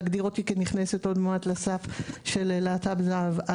להגדיר אותי כנכנסת עוד מעט לסף של להט"ב זהב.